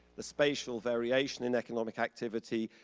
the spatial variation in economic activity,